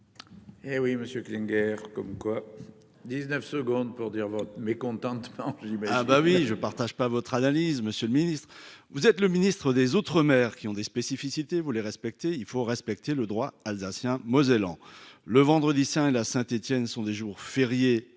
Hé oui Monsieur Clean guerre comme quoi 19 secondes pour dire votre mécontentement. Je dis mais oui bah oui je partage pas votre analyse, Monsieur le Ministre, vous êtes le ministre des autres maires qui ont des spécificités vous les respecter, il faut respecter le droit alsacien mosellan le vendredi Saint, la Saint Etienne sont des jours fériés